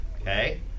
Okay